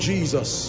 Jesus